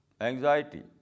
anxiety